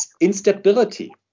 instability